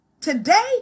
today